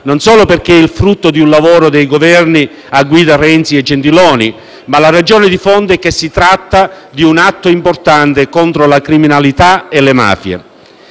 non solo perché è il frutto di un lavoro dei Governi a guida Renzi e poi Gentiloni Silveri, ma anche perché si tratta di un atto importante contro la criminalità e le mafie.